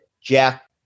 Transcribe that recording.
Jack